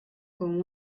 con